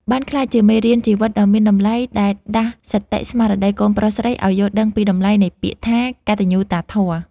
បានក្លាយជាមេរៀនជីវិតដ៏មានតម្លៃដែលដាស់សតិស្មារតីកូនប្រុសស្រីឱ្យយល់ដឹងពីតម្លៃនៃពាក្យថា «កតញ្ញូតាធម៌»។